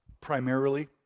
primarily